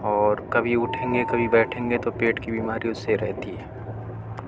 اور کبھی اٹھیں گے کبھی بیٹھیں گے تو پیٹ کی بیماری اس سے رہتی ہے